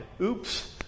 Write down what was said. Oops